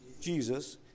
Jesus